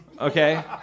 Okay